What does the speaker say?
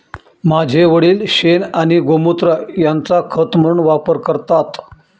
माझे वडील शेण आणि गोमुत्र यांचा खत म्हणून वापर करतात